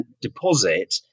deposit